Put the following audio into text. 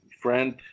friend